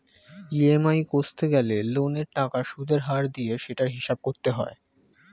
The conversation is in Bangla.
ই.এম.আই কষতে গেলে লোনের টাকার সুদের হার দিয়ে সেটার হিসাব করতে হয়